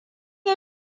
yi